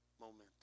momentum